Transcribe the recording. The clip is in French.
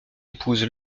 épouse